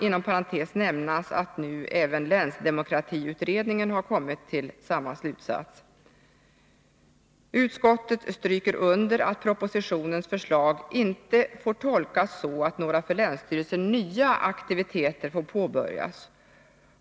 Inom parentes kan nämnas att även länsdemokratiutredningen nu har kommit till samma slutsats. Utskottet stryker under att propositionens förslag inte får tolkas så, att några för länsstyrelsen nya aktiviteter får påbörjas.